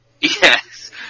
Yes